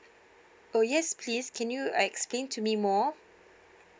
oh yes please can you explain to me more